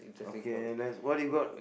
okay let's what you got